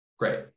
great